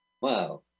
Wow